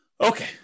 Okay